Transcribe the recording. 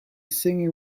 singing